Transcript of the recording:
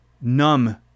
numb